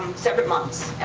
separate months.